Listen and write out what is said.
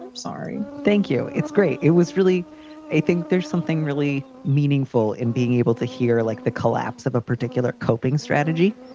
um sorry. thank you. it's great. it was really i think there's something really meaningful in being able to hear, like the collapse of a particular coping strategy.